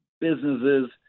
businesses